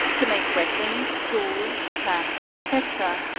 to make weapons, tools, traps, etc,